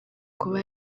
kuba